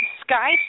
Sky